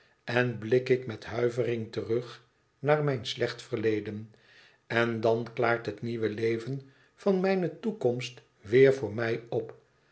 en blik ik met huivering terug naar mijn slecht verleden en dan klaart het nieuwe leven van mijne toekomst weêr voor mij op